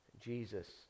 Jesus